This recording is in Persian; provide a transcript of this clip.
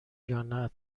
یانه